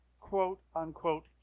quote-unquote